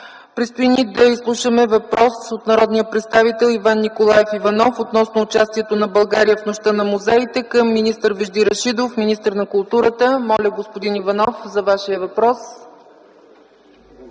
Предстои ни да изслушаме въпрос от народния представител Иван Николаев Иванов относно участието на България в Нощта на музеите към министър Вежди Рашидов, министър на културата. Заповядайте, господин Иванов. ИВАН ИВАНОВ